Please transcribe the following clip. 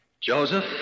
Joseph